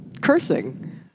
cursing